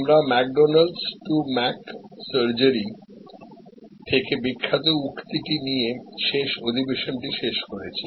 আমরা McDonalds to Mc Surgery থেকে বিখ্যাত উক্তিটি দিয়ে শেষ সেশনটি শেষ করেছি